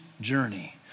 journey